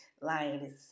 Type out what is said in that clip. lioness